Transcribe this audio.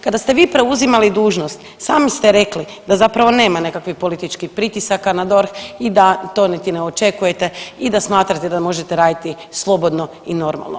Kada ste vi preuzimali dužnost, sami ste rekli da zapravo nema nekakvih političkih pritisaka na DORH i da to niti ne očekujete i da smatrate da možete raditi slobodno i normalno.